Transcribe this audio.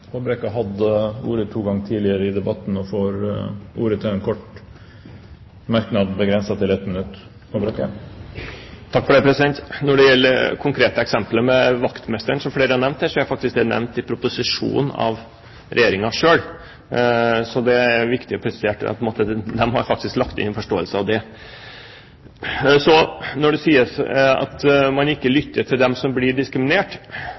ordet to ganger tidligere i debatten og får ordet til en kort merknad, begrenset til 1 minutt. Når det gjelder det konkrete eksemplet med vaktmester, som flere har nevnt her, er det faktisk nevnt i proposisjonen av Regjeringen selv. Det er viktig å presisere at Regjeringen faktisk har lagt inn en forståelse av det. Når det så sies at man ikke lytter til dem som blir diskriminert,